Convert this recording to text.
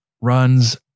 runs